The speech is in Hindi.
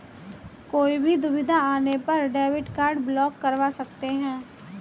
कोई भी दुविधा आने पर डेबिट कार्ड ब्लॉक करवा सकते है